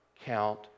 count